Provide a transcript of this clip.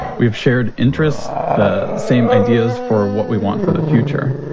we've shared interests, the same ideas for what we want for the future.